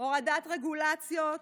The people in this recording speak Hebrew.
הורדת רגולציות,